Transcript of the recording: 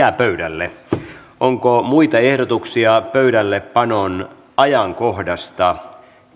jää pöydälle onko muita ehdotuksia pöydällepanon ajankohdasta